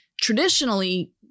Traditionally